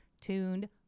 tuned